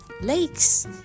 Lakes